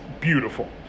beautiful